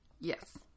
Yes